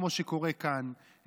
כמו שקורה כאן,